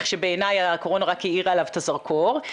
שבעיניי הקורונה רק האירה עליו את הזרקור,